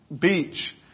beach